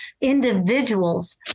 Individuals